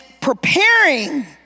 preparing